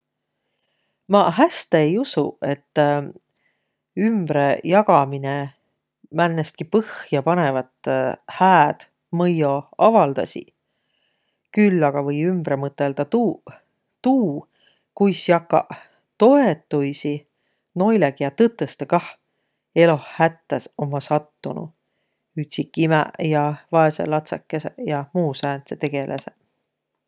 Ma häste ei usuq, et ümbrejagaminõ määnestki põhjapanõvat hääd mõjjo avaldasiq, küll aga või ümbre mõtõldaq tuuq- tuu, kuis jakaq toetuisi noilõ, kiä tõtõstõ kah eloh hättä ommaq sattunuq: ütsikimäq ja vaesõqlatsõkõsõq ja muuq sääntseq tegeläseq.